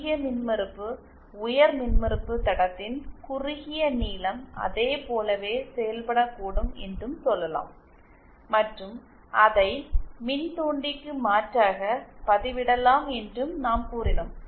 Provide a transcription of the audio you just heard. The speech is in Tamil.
அதிக மின்மறுப்பு உயர் மின்மறுப்பு தடத்தின் குறுகிய நீளம் அதைப் போலவே செயல்படக்கூடும் என்றும் சொல்லலாம் மற்றும் அதை மின்தூண்டிக்கு மாற்றாக பதிலிடலாம் என்றும் நாம் கூறினோம்